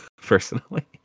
personally